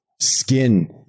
skin